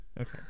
Okay